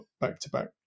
back-to-back